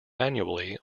annually